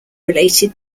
related